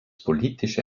politische